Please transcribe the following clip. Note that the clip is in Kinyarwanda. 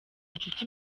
inshuti